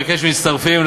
וקבוצת המאכערים.